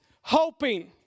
hoping